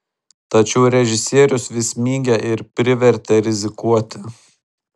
tačiau režisierius vis mygė ir privertė rizikuoti